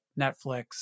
Netflix